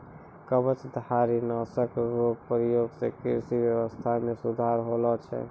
कवचधारी नाशक रो प्रयोग से कृषि व्यबस्था मे सुधार होलो छै